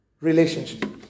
relationship